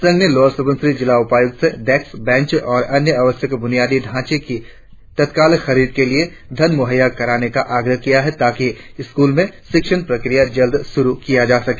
संघ ने लोअर सुबानसिरी जिला उपायुक्त से डेस्क बेंच और अन्य आवश्यक बुनियादी ढांचे की तत्काल खरीद के लिए धन देने का आग्रह किया ताकि स्कूल में शिक्षण प्रक्रिया जल्द शुरु की जा सके